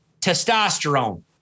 testosterone